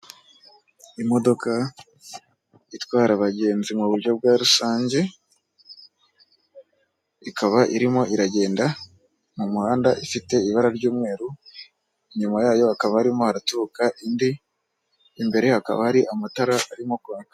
Imodoka itwara abagenzi mu buryo bwa rusange, ikaba irimo iragenda mu muhanda ifite ibara ry'umweru, inyuma yayo hakaba harimo haraturuka indi imbere hakaba hari amatara arimo kwaka.